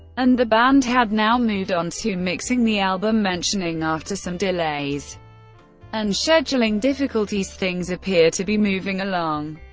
and the band had now moved onto mixing the album, mentioning after some delays and scheduling difficulties, things appear to be moving along.